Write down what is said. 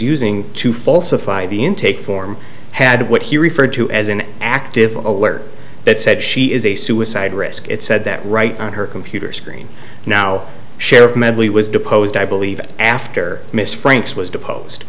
using to falsify the intake form had what he referred to as an active alert that said she is a suicide risk it said that right on her computer screen now sheriff medley was deposed i believe after miss franks was